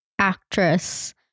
actress